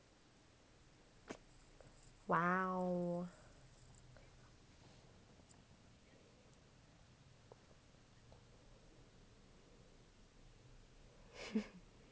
!wow!